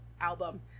album